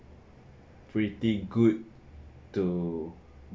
pretty good to